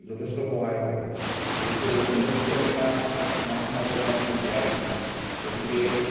যথেষ্ট সহায় হ'লেহেঁতেন যিহেতু অন্ধবিশ্বাস এটা আমাৰ সমাজৰ কাৰণে ব্যাধি গতিকে